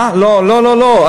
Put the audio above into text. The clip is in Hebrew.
לא לא לא.